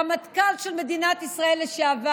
רמטכ"ל של מדינת ישראל לשעבר,